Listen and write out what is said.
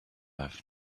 have